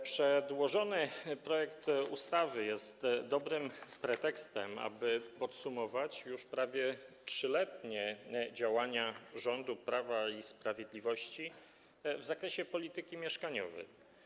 Przedłożony projekt ustawy jest dobrym pretekstem, aby podsumować już prawie 3-letnie działania rządu Prawa i Sprawiedliwości w zakresie polityki mieszkaniowej.